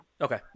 Okay